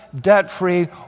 debt-free